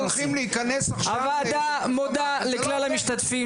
הוועדה מודה לכלל המשתתפים,